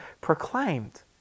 proclaimed